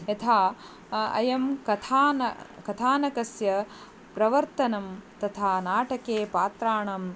यथा अयं कथा कथानकस्य प्रवर्तनं तथा नाटके पात्राणां